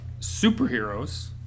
superheroes